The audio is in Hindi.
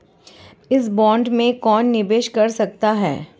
इस बॉन्ड में कौन निवेश कर सकता है?